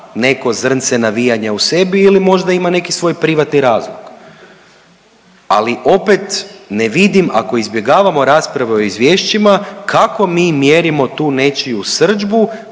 neko zrnce navijanja u sebi ili možda ima neki svoj privatni razlog. Ali opet ne vidim ako izbjegavamo rasprave o izvješćima kako mi mjerimo tu nečiju srdžbu